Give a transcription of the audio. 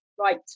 Right